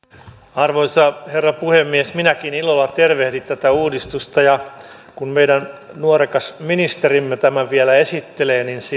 arvoisa herra puhemies minäkin ilolla tervehdin tätä uudistusta ja kun meidän nuorekas ministerimme tämän vielä esittelee